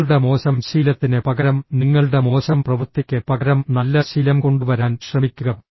നിങ്ങളുടെ മോശം ശീലത്തിന് പകരം നിങ്ങളുടെ മോശം പ്രവൃത്തിക്ക് പകരം നല്ല ശീലം കൊണ്ടുവരാൻ ശ്രമിക്കുക